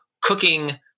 cooking